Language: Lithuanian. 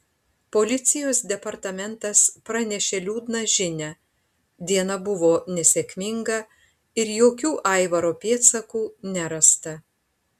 policijos departamentas pranešė liūdną žinią diena buvo nesėkminga ir jokių aivaro pėdsakų nerasta